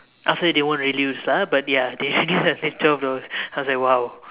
after that they won't reduce lah but ya they actually reduce twelve dollars I was like !wow!